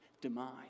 demise